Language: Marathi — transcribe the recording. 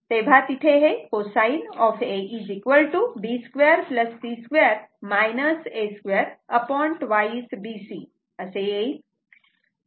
तेव्हा तिथे हे cosine A b2 c2 a2 2bc असे येईल